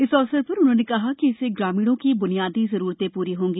इस अवसर पर उन्होंने कहा कि इससे ग्रामीणों की बनियादी जरूरते पूरी होंगी